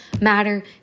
matter